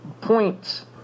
points